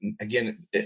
again